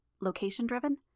location-driven